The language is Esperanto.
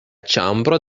ĉambro